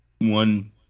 one